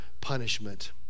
punishment